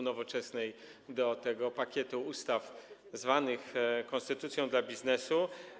Nowoczesna dotyczące pakietu ustaw zwanych konstytucją dla biznesu.